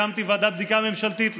הקמתי ועדת בדיקה ממשלתית למח"ש.